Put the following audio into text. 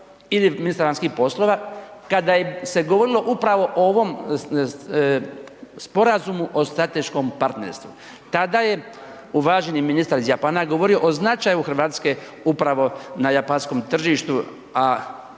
ili ministra vanjskih poslova. Kada je se govorilo upravo o ovom sporazumu o strateškom partnerstvu tada je uvaženi ministar iz Japana govorio o značaju Hrvatske upravo na japanskom tržištu,